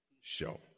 show